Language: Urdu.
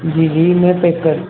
جی جی میں پیک کر